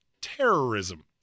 Terrorism